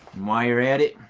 while you're at it.